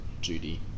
Judy